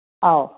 ꯑꯥꯎ